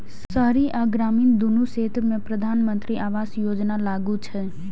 शहरी आ ग्रामीण, दुनू क्षेत्र मे प्रधानमंत्री आवास योजना लागू छै